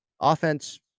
offense